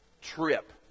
Trip